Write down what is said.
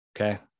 Okay